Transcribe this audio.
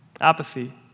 apathy